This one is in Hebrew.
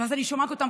ואז אני שומעת אותם,